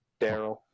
daryl